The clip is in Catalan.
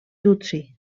tutsi